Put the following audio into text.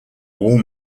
wall